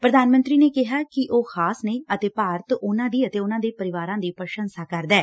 ਪ੍ਰਧਾਨ ਮੰਤਰੀ ਨੇ ਕਿਹਾ ਕਿ ਉਹ ਖਾਸ ਨੇ ਅਤੇ ਭਾਰਤ ਉਨਾਂ ਦੀ ਅਤੇ ਉਨਾਂ ਦੇ ਪਰਿਵਾਰਾਂ ਦੀ ਪੁਸ਼ੰਸਾ ਕਰਦੈ